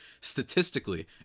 statistically